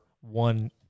one